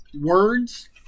words